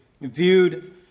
viewed